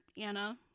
Anna